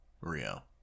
Rio